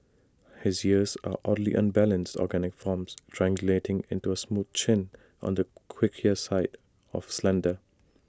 his ears are oddly unbalanced organic forms triangulating into A smooth chin on the quirkier side of slender